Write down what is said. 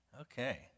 Okay